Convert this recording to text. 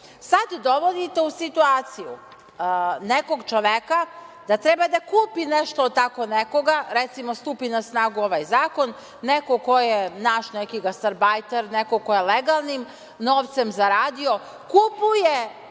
Sad dovodite u situaciju nekog čoveka da treba da kupi nešto tako od nekoga, recimo stupi na snagu ovaj zakon, neko ko je naš gastarbajter, neko ko je legalnim novcem zaradio kupuje